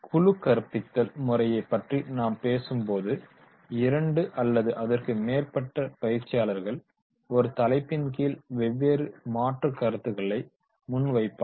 குழுக்கற்பித்தல் முறையை பற்றி நாம் பேசும்போது இரண்டு அல்லது அதற்கு மேற்பட்ட பயிற்சியாளர்கள் ஒரு தலைப்பின் கீழ் வெவ்வேறு மாற்றுக் கருத்துக்களை முன்வைப்பார்கள்